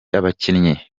abakinnyi